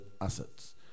assets